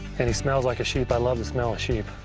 and he smells like a sheep. i love the smell of sheep.